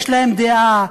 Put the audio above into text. יש להם דעה,